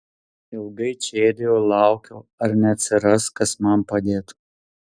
ilgai čėdijau laukiau ar neatsiras kas man padėtų